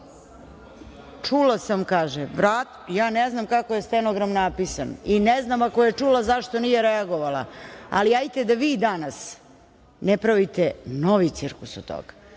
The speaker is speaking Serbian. sa vama potpuno slažem. Ja ne znam kako je stenogram napisan i ne znam, ako je čula, zašto nije reagovala, ali hajte da vi danas ne pravite novi cirkus od toga.